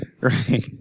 right